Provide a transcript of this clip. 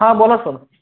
हा बोला सर